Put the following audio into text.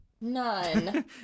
None